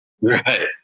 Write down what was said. Right